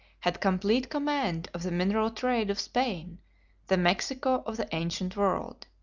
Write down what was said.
had complete command of the mineral trade of spain the mexico of the ancient world.